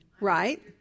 Right